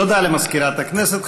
תודה למזכירת הכנסת.